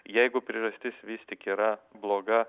jeigu priežastis vis tik yra bloga